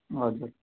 हजुर